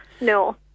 No